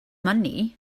money